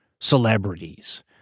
celebrities